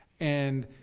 and